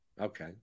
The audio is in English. Okay